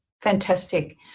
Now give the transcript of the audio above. Fantastic